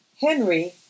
Henry